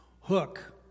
Hook